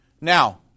Now